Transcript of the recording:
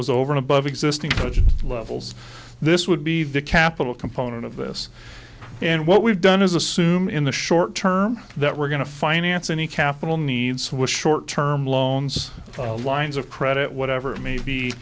was over and above existing budget levels this would be the capital component of this and what we've done is assume in the short term that we're going to finance any capital needs was short term loans lines of credit whatever it may be